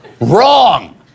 Wrong